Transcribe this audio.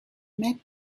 met